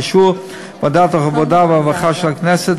באישור ועדת העבודה והרווחה של הכנסת,